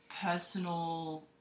personal